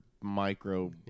micro